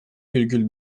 virgül